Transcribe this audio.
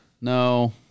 No